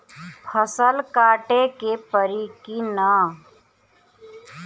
फसल काटे के परी कि न?